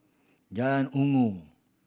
Jalan Inggu